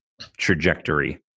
trajectory